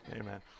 Amen